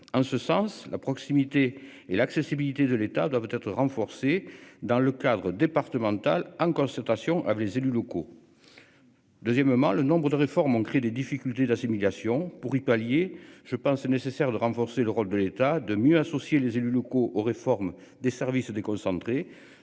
en ce sens la proximité et l'accessibilité de l'État doivent être renforcées dans le cadre départemental en concertation avec les élus locaux. Deuxièmement, le nombre de réformes crée des difficultés d'assimilation pour y pallier, je pense nécessaire de renforcer le rôle de l'État de mieux associer les élus locaux aux réformes des services déconcentrés.